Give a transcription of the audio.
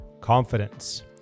confidence